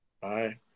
Bye